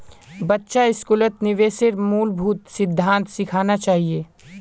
बच्चा स्कूलत निवेशेर मूलभूत सिद्धांत सिखाना चाहिए